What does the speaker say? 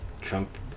Trump